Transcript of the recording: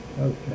Okay